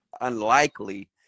unlikely